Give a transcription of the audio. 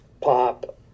pop